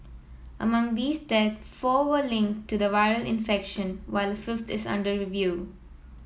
among these deaths four were linked to the viral infection while a fifth is under review